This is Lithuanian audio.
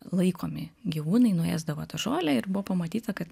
laikomi gyvūnai nuėsdavo tą žolę ir buvo pamatyta kad